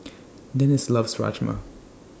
Dennis loves Rajma